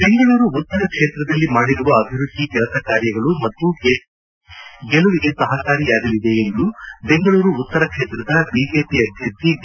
ಬೆಂಗಳೂರು ಉತ್ತರ ಕ್ಷೇತ್ರದಲ್ಲಿ ಮಾಡಿರುವ ಅಭಿವೃದ್ಧಿ ಕೆಲಸ ಕಾರ್ಯಗಳು ಮತ್ತು ಕೇಂದ್ರ ಸರ್ಕಾರದ ಸಾಧನೆ ಗೆಲುವಿಗೆ ಸಹಕಾರಿಯಾಗಲಿದೆ ಎಂದು ಬೆಂಗಳೂರು ಉತ್ತರ ಕ್ಷೇತ್ರದ ಬಿಜೆಪಿ ಅಭ್ಯರ್ಥಿ ಡಿ